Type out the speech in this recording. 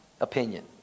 opinion